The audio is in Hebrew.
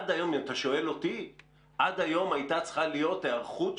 היום עוד ארוך.